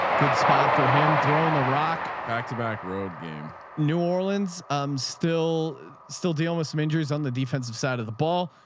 good spot for him throwing the rock back to back road, road, game, new orleans. i'm still still dealing with some injuries on the defensive side of the ball.